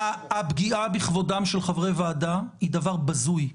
הפגיעה בכבודם של חברי ועדה היא דבר בזוי.